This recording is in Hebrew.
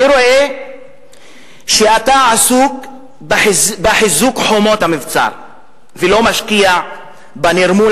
אני רואה שאתה עסוק בחיזוק חומות המבצר ולא משקיע בנרמול